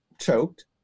choked